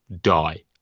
die